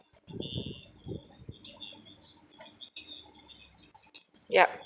ya